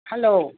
hello